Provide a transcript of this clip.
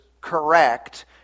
correct